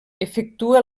efectua